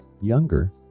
Younger